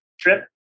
trip